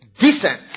Decent